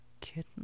kitten